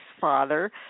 father